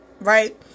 right